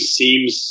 seems